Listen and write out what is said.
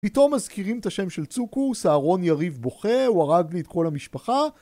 פתאום מזכירים את השם של צוקו, סהרון יריב בוכה, הוא הרג לי את כל המשפחה